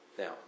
Now